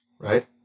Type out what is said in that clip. right